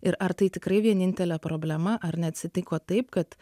ir ar tai tikrai vienintelė problema ar neatsitiko taip kad